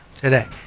today